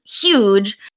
huge